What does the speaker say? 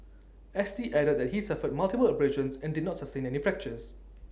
S T added that he suffered multiple abrasions and did not sustain any fractures